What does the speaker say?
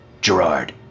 Gerard